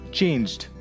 changed